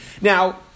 Now